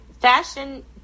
fashion